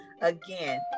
again